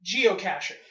geocaching